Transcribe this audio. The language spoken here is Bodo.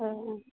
अ अ